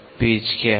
pitch क्या है